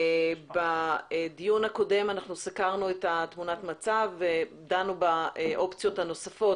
בדיון הקודם סקרנו את תמונת המצב ודנו באופציות הנוספות,